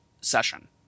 session